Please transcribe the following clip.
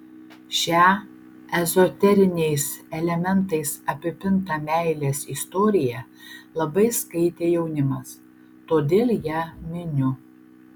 šią ezoteriniais elementais apipintą meilės istoriją labai skaitė jaunimas todėl ją miniu